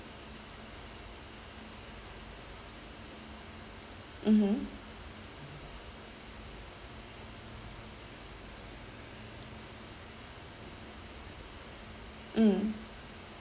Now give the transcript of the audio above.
mmhmm mm